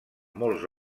molts